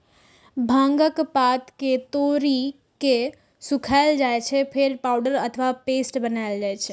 भांगक पात कें तोड़ि के सुखाएल जाइ छै, फेर पाउडर अथवा पेस्ट बनाएल जाइ छै